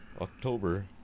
October